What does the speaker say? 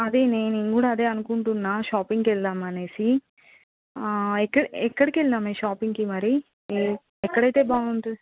అదే నేను కూడా అదే అనుకుంటున్నాను షాపింగ్కి వెళ్దాం అని ఎక్కడకి వెళ్దాం షాపింగ్కి మరి ఎక్కడైతే బాగుంటుంది